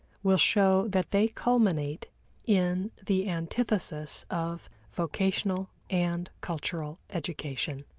will show that they culminate in the antithesis of vocational and cultural education.